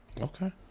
Okay